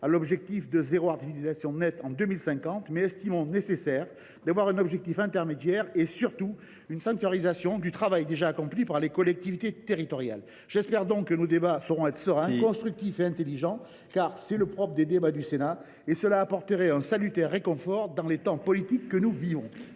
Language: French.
à l’objectif de zéro artificialisation nette en 2050, mais estimons nécessaire de définir un objectif intermédiaire et surtout de sanctuariser le travail déjà accompli par les collectivités territoriales. Il faut conclure ! J’espère que nos débats sauront être sereins, constructifs et intelligents, ce qui est le propre des débats du Sénat. Voilà qui apporterait un salutaire réconfort dans les temps politiques que nous vivons.